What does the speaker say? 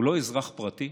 הוא לא אזרח פרטי,